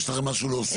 יש לכן משהו להוסיף?